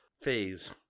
phase